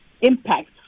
impact